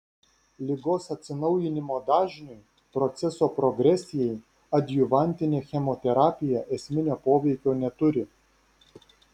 ligos atsinaujinimo dažniui proceso progresijai adjuvantinė chemoterapija esminio poveikio neturi